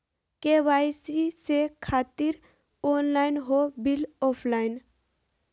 KYC से खातिर online हो बिल ऑफलाइन?